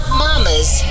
mama's